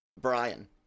Brian